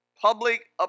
Public